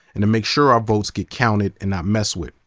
and to make sure our votes get counted and not messed with.